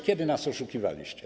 Kiedy nas oszukiwaliście?